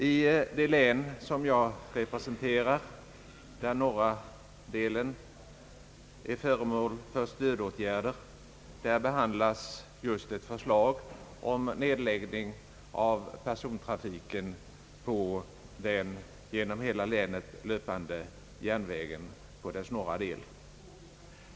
I det län som jag representerar, där norra delen är föremål för stödåtgärder, föreligger just nu ett förslag om nedläggning av persontrafiken på norra delen av den genom större delen av länet löpande järnvägen.